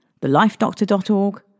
thelifedoctor.org